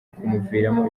kumuviramo